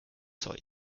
zeug